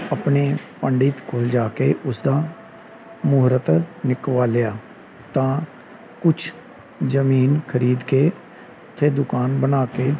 ਆਪਣੇ ਪੰਡਿਤ ਕੋਲ ਜਾ ਕੇ ਉਸਦਾ ਮੂਹਰਤ ਨਿਕਵਾਲਿਆ ਤਾਂ ਕੁਛ ਜ਼ਮੀਨ ਖਰੀਦ ਕੇ ਚਾਹੇ ਦੁਕਾਨ ਬਣਾ ਕੇ